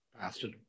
Bastard